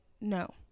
no